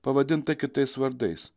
pavadinta kitais vardais